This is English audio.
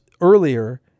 earlier